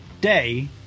day